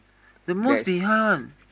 the most behind one